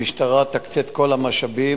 המשטרה תקצה את כל המשאבים.